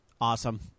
Awesome